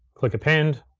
click append,